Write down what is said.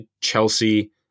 Chelsea